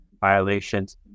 violations